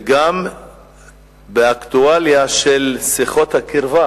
גם באקטואליה של שיחות הקרבה